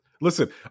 Listen